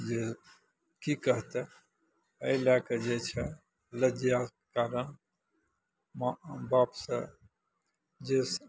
जे की कहते एहि लए कऽ जे छै लज्याके कारण माँ बापसँ जे